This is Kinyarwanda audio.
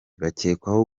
bakekwaho